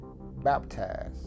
baptized